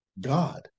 God